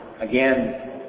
Again